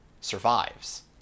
survives